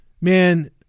man